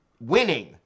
winning